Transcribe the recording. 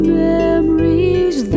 memories